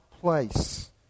place